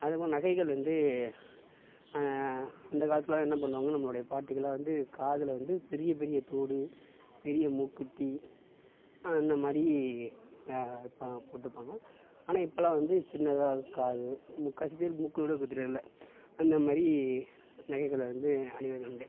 அதே போல் நகைகள் வந்து அந்த காலத்திலலாம் என்ன பண்ணுவாங்க நம்மளுடைய பாட்டிகள்லாம் வந்து காதில் வந்து பெரிய பெரிய தோடு பெரிய மூக்குத்தி அந்த மாதிரி இப்போ போட்டுப்பாங்க ஆனால் இப்போலாம் வந்து சின்னதாக் காது முக்கால்வாசி பேர் மூக்கு கூட குத்துறது இல்லை அந்த மாதிரி நகைகள் வந்து அணிவதுண்டு